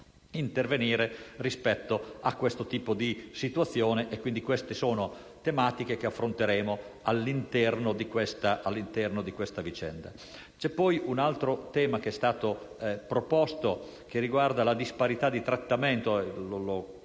intervenire rispetto a questo tipo di situazione. Queste sono tematiche che affronteremo all'interno di questa vicenda. C'è poi un altro tema, che è stato proposto dal senatore Divina e che riguarda la disparità di trattamento